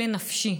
כלא נפשי.